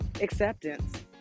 acceptance